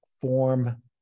form